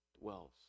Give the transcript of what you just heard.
dwells